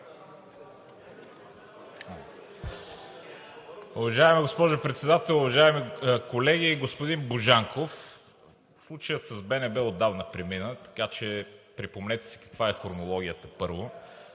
Уважаема госпожо Председател, уважаеми колеги! Господин Божанков, случаят с БНБ отдавна премина. Така че си припомнете каква е хронологията, първо.